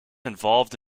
involved